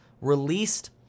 released